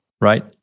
Right